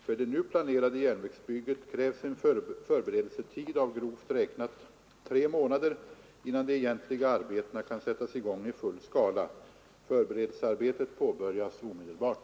För det nu planerade järnvägsbygget krävs en förberedelsetid av grovt räknat tre månader innan de egentliga arbetena kan sättas i gång i full skala. Förberedelsearbetet påbörjas omedelbart.